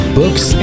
books